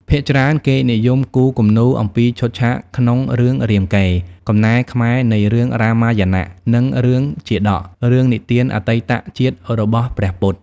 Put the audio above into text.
ភាគច្រើន គេនិយមគូរគំនូរអំពីឈុតឆាកក្នុង រឿងរាមកេរ្តិ៍ (កំណែខ្មែរនៃរឿងរាមាយណៈ) និង រឿងជាតក (រឿងនិទានអតីតជាតិរបស់ព្រះពុទ្ធ)។